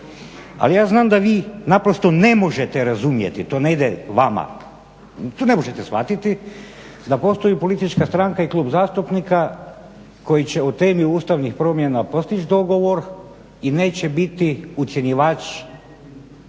Ali ja znam da vi naprosto ne možete razumjeti, to ne ide vama, to ne možete shvatiti da postoji politička stranka i klub zastupnika koji će o temi ustavnih promjena postići dogovor i neće biti ucjenjivač